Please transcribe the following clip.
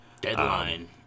Deadline